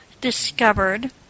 discovered